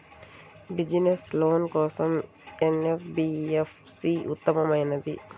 Business loan కోసం ఏ NBFC ఉత్తమమైనది?